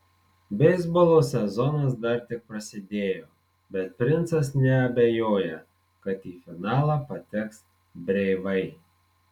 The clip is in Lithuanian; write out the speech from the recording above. beisbolo sezonas dar tik prasidėjo bet princas neabejoja kad į finalą pateks breivai